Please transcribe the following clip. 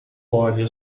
olha